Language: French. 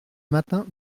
matin